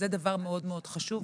זה דבר מאוד חשוב.